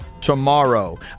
tomorrow